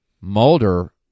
Mulder